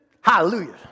Hallelujah